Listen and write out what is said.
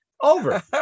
Over